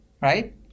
right